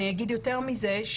אני אגיד יותר מזה,